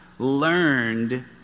learned